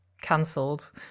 cancelled